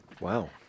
Wow